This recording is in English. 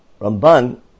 Ramban